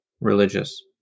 religious